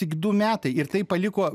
tik du metai ir tai paliko